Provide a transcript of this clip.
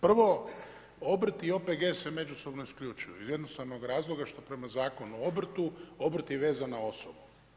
Prvo, obrt i OPG se međusobno isključuju iz jednostavnog razloga što prema Zakonu o obrtu, obrt je vezan na osobu.